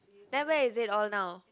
then where is it all now